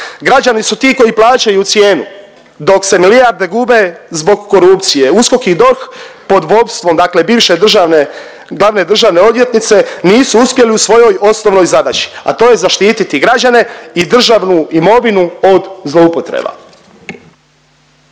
Građani su ti koji plaćaju cijenu, dok se milijarde gube zbog korupcije USKOK i DORH pod vodstvom bivše glavne državne odvjetnice nisu uspjeli u svojoj osnovnoj zadaći, a to je zaštiti građane i državnu imovinu od zloupotreba.